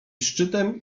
szczytem